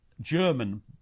German